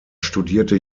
studierte